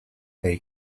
they